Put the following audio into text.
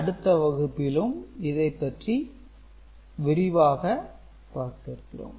அடுத்த வகுப்பிலும் இதைப்பற்றி விரிவாக பார்க்க இருக்கிறோம்